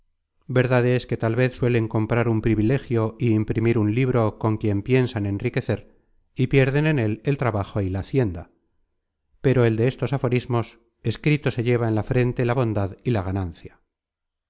es que tal vez suelen comprar un privilegio y imprimir un libro con quien piensan enriquecer y pierden en él el trabajo y la hacienda pero el destos aforismos escrito se lleva en la frente la bondad y la ganancia